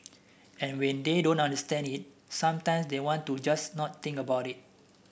and when they don't understand it sometimes they want to just not think about it